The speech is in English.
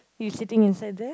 you sitting inside there